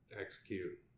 execute